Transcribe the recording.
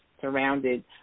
surrounded